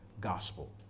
gospel